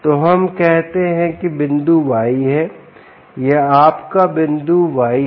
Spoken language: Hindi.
तो हम कहते हैं कि बिंदु y है यह आपका बिंदु y है